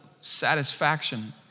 satisfaction